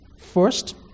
First